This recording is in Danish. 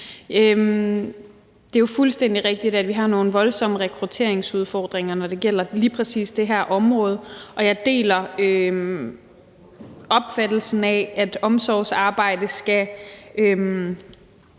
Det er jo fuldstændig rigtigt, at vi har nogle voldsomme rekrutteringsudfordringer, når det gælder lige præcis det her område, og jeg deler opfattelsen af, at omsorgsarbejde skal